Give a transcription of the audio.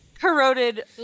Corroded